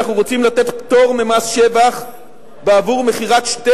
אנחנו רוצים לתת פטור ממס שבח בעבור מכירת שתי